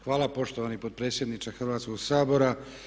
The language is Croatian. Hvala poštovani potpredsjedniče Hrvatskog sabora.